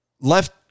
left